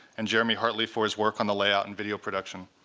and jeremy hartley for his work on the layout and video production.